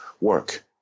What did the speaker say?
work